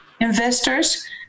investors